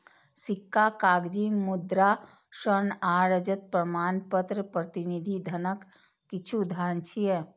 सिक्का, कागजी मुद्रा, स्वर्ण आ रजत प्रमाणपत्र प्रतिनिधि धनक किछु उदाहरण छियै